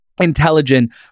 intelligent